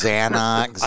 Xanax